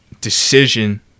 decision